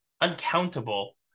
uncountable